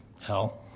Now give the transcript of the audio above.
Hell